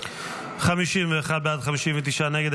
51 בעד, 59 נגד.